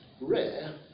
rare